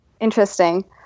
Interesting